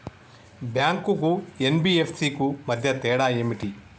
Bank కు NBFC కు మధ్య తేడా ఏమిటి?